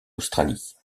australie